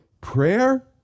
prayer